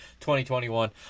2021